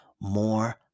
more